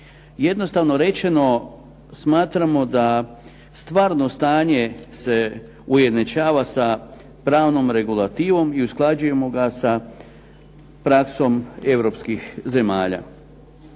Jednostavno rečeno smatramo da stvarno stanje se ujednačava sa pravnom regulativom i usklađujemo ga sa praksom Europskih zemalja.